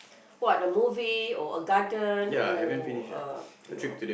what a movie or a garden or a your